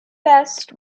best